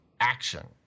action